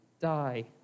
die